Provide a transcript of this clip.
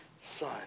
son